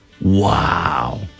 Wow